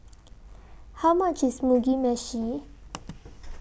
How much IS Mugi Meshi